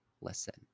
listen